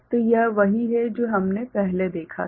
तो यह वही है जो हमने पहले देखा था